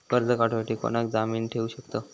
कर्ज काढूसाठी कोणाक जामीन ठेवू शकतव?